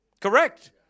Correct